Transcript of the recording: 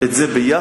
את זה ביחד